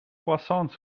croissants